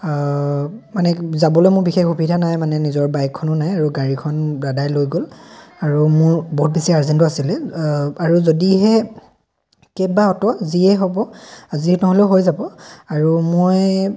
মানে যাবলৈ মোৰ বিশেষ সুবিধা নাই মানে নিজৰ বাইকখনো নাই আৰু গাড়ীখন দাদাই লৈ গ'ল আৰু মোৰ বহুত বেছি আৰ্জেণ্টো আছিলে আৰু যদিহে কেব বা অ'ট' যিয়ে হ'ব যিয়ে নহ'লেও হৈ যাব আৰু মই